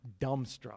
dumbstruck